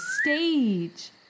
stage